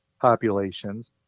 populations